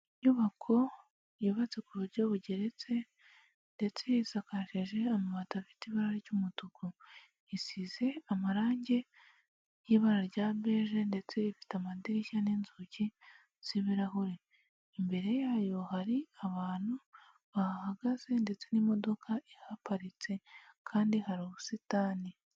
Inyubako yubatse ku buryo bugeretse ndetse isakajeje amabati afite ibara ry'umutuku, isize amarangi y'ibara rya beje, ndetse ifite amadirishya n'inzugi z'ibirahure, imbere yayo hari abantu bahagaze ndetse n'imodoka ihaparitse kandi hari ubusitani.